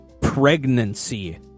pregnancy